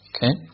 Okay